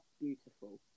beautiful